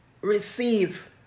receive